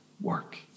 work